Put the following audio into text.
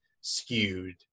skewed